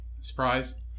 Surprise